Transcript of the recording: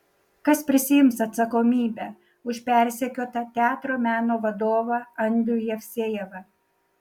kas prisiims atsakomybę už persekiotą teatro meno vadovą andrių jevsejevą